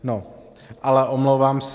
No, ale omlouvám se.